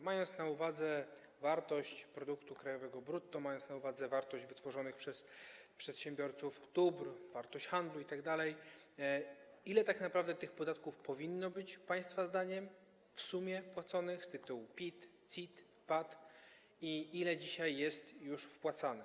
Mając na uwadze wartość produktu krajowego brutto, mając na uwadze wartość wytworzonych przez przedsiębiorców dóbr, wartość handlu itd., ile tak naprawdę tych podatków powinno być państwa zdaniem w sumie płaconych z tytułu PIT, CIT, VAT i ile dzisiaj jest już wpłacane?